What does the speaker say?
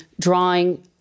drawing